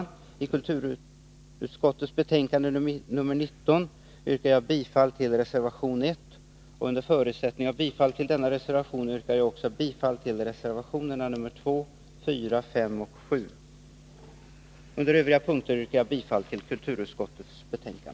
När det gäller kulturutskottets betänkande nr 19 yrkar jag bifall till reservation 1. Under förutsättning av bifall till denna reservation yrkar jag också bifall till reservationerna 2, 4, 5 och 7. I övrigt yrkar jag bifall till kulturutskottets hemställan.